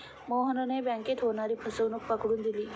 मोहनने बँकेत होणारी फसवणूक पकडून दिली